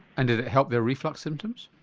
and did it help their reflux symptoms?